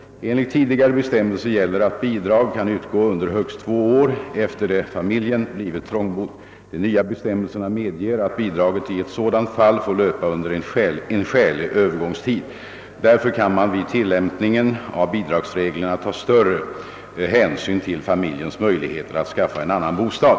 Enligt tidigare bestämmelser gäller att bidrag kan utgå under högst två år efter det att familjen blivit trångbodd. De nya bestämmelserna medger att bidraget i ett sådant fall får löpa under en skälig övergångstid. Därför kan man vid tillämpningen av bidragsreglerna ta större hänsyn till familjens möjligheter att skaffa en annan bostad.